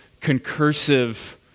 concursive